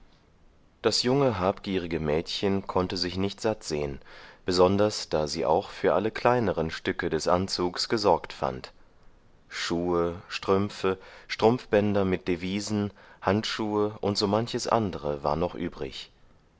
das junge habgierige mädchen konnte sich nicht satt sehen besonders da sie auch für alle kleineren stücke des anzugs gesorgt fand schuhe strümpfe strumpfbänder mit devisen handschuhe und so manches andere war noch übrig